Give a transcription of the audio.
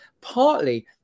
partly